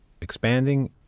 expanding